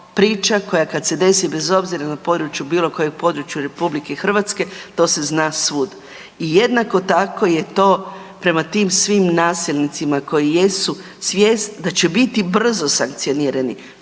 priča koja kad se desi bez obzira na području, bilo kojem području RH to se zna svud. I jednako tako je to prema tim svim nasilnicima koji jesu svijest da će biti brzo sankcionirani.